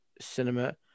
cinema